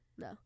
no